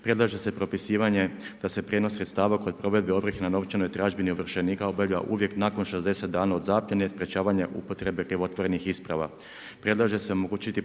Predlaže se propisivanje da se prijenos sredstava kod provedbe ovrhe na novčanoj tražbini ovršenika obavlja uvijek nakon 60 dana od zapljene i sprječavanja upotrebe krivotvorenih isprava.